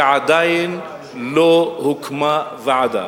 שעדיין לא הוקמה ועדה.